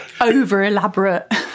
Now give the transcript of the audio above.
over-elaborate